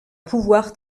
pouvoir